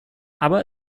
aber